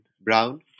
Brown